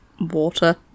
water